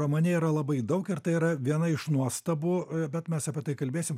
romane yra labai daug ir tai yra viena iš nuostabų bet mes apie tai kalbėsim